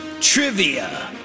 trivia